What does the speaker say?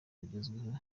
bigezweho